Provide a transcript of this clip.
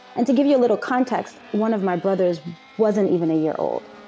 and to give you a little context, one of my brothers wasn't even a year old.